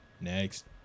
Next